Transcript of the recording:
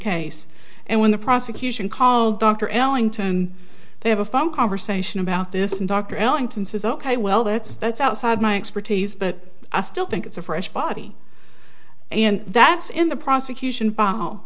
case and when the prosecution called dr ellington they have a phone conversation about this and dr ellington says ok well that's that's outside my expertise but i still think it's a fresh body and that's in the prosecution